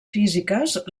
físiques